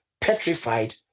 petrified